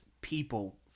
people